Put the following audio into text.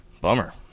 Bummer